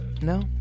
No